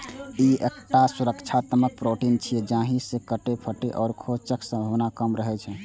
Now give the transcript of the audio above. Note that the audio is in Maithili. ई एकटा सुरक्षात्मक प्रोटीन छियै, जाहि सं कटै, फटै आ खोंचक संभावना कम रहै छै